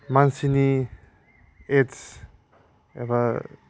मानसिनि एज एबा